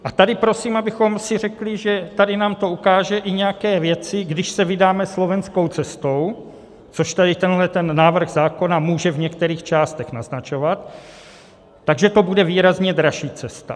A tady prosím, abychom si řekli, že tady nám to ukáže i nějaké věci, když se vydáme slovenskou cestou, což tady tenhleten návrh zákona může v některých částech naznačovat, tak že to bude výrazně dražší cesta.